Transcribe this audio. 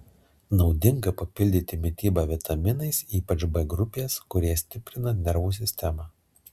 naudinga papildyti mitybą vitaminais ypač b grupės kurie stiprina nervų sistemą